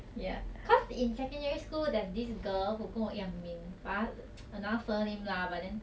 ya cause in secondary school there's this girl who 跟我一样名 but 她 another surname lah but then